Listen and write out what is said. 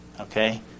okay